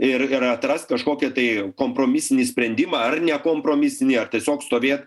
ir atrast kažkokį tai kompromisinį sprendimą ar nekompromisinį ar tiesiog stovėt